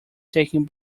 taken